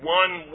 one